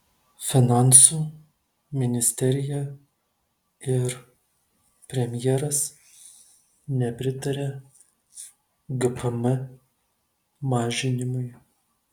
finansų ministerija ir premjeras nepritaria gpm mažinimui